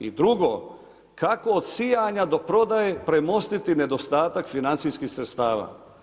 I drugo, kako od sijanja do prodaje premostiti nedostatak financijskih sredstava.